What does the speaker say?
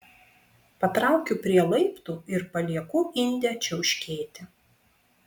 patraukiu prie laiptų ir palieku indę čiauškėti